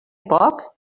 poc